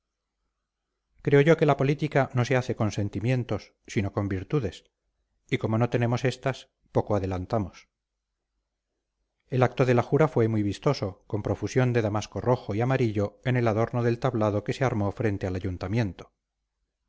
creo yo que la política no se hace con sentimientos sino con virtudes y como no tenemos estas poco adelantamos el acto de la jura fue muy vistoso con profusión de damasco rojo y amarillo en el adorno del tablado que se armó frente al ayuntamiento